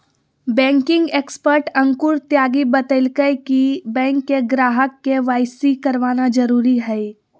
banking expert Ankur Tyagi बतयलकय कि bank के ग्राहक के.वाई.सी करवाना जरुरी हइ